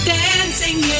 dancing